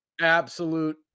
Absolute